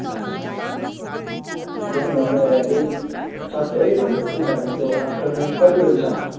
अच्छा अच्छा बिहानभन्दा बेलुकी सक्छ है भनेपछि तपाईँको आफ्टरनुन कति बजीसम्म